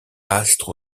astre